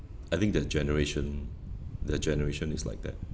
I think their generation their generation is like that